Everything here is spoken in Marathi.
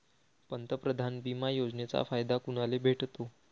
पंतप्रधान बिमा योजनेचा फायदा कुनाले भेटतो?